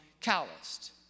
calloused